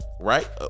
right